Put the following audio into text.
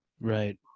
Right